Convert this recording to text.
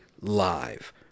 live